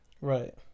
Right